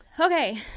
Okay